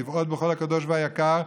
לבעוט בכל הקדוש והיקר,